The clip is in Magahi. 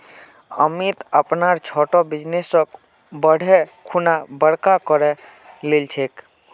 अमित अपनार छोटो बिजनेसक बढ़ैं खुना बड़का करे लिलछेक